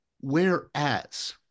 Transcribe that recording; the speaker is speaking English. Whereas